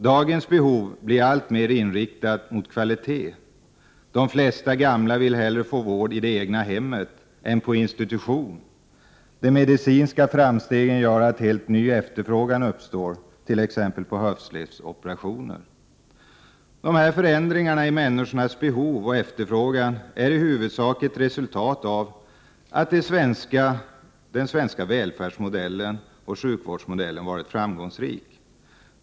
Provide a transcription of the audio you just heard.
Dagens behov blir alltmer inriktat mot kvalitet. De flesta gamla vill hellre få vård i det egna hemmet än på institution. De medicinska framstegen gör att helt ny efterfrågan uppstår, t.ex. på höftledsoperationer. De här förändringarna i människornas behov och efterfrågan är i huvudsak ett resultat av att den svenska välfärdsmodellen och den svenska sjukvårdsmodellen har varit framgångsrika.